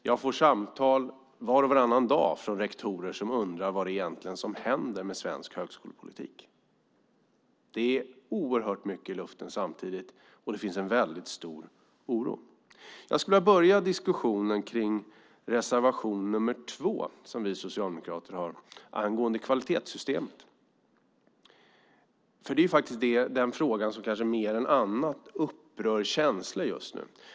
Jag får samtal var och varannan dag från rektorer som undrar vad det är som egentligen händer med svensk högskolepolitik. Det är oerhört mycket i luften samtidigt, och det finns en väldigt stor oro. Jag skulle vilja börja med en diskussion kring reservation nr 2 som vi socialdemokrater har angående kvalitetssystemet. Det är den frågan som kanske mer än annat upprör känslor just nu.